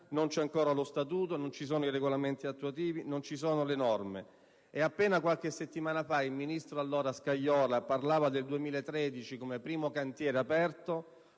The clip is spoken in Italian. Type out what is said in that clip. non c'è ancora lo statuto, non ci sono i regolamenti attuativi, non ci sono le norme. Appena qualche settimana fa l'allora ministro Scajola parlava del 2013 per il primo cantiere aperto;